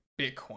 Bitcoin